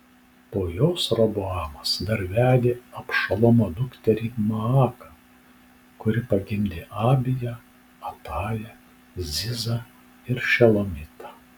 po jos roboamas dar vedė abšalomo dukterį maaką kuri pagimdė abiją atają zizą ir šelomitą